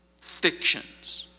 fictions